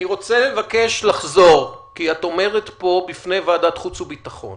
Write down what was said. אני רוצה לבקש לחזור כי את אומרת פה בפני ועדת החוץ והביטחון